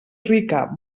rica